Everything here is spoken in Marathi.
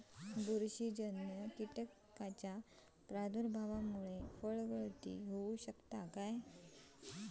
बुरशीजन्य कीटकाच्या प्रादुर्भावामूळे फळगळती होऊ शकतली काय?